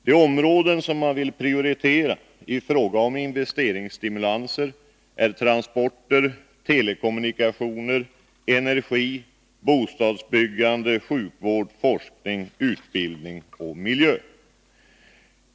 De områden man vill prioritera i fråga om investeringsstimulanser är transporter, telekommunikationer, energi, bostadsbyggande, sjukvård, forskning, utbildning och miljö.